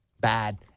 bad